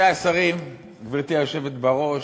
גברתי היושבת בראש,